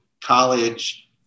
college